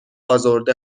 ازرده